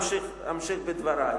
אמשיך בדברי.